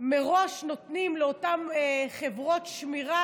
נותנים לאותן "חברות שמירה"